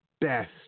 best